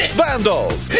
vandals